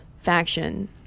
faction